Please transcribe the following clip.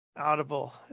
audible